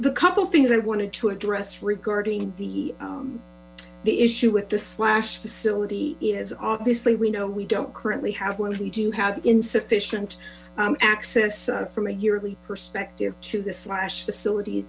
can couple of things i wanted to address regarding the the issue with the slash facility is obviously we know we don't currently have one we do have insufficient access from a yearly perspective to the slash facility